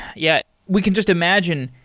yeah. we can just imagine,